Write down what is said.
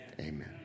Amen